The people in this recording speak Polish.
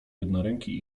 jednoręki